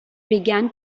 began